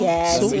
Yes